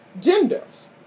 genders